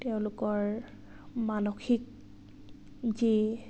তেওঁলোকৰ মানসিক যি